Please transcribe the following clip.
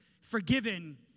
forgiven